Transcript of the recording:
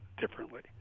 differently